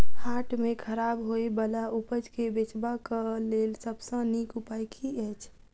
हाट मे खराब होय बला उपज केँ बेचबाक क लेल सबसँ नीक उपाय की अछि?